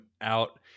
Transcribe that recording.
out